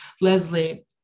Leslie